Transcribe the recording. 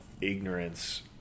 ignorance